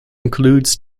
includes